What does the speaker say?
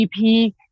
GP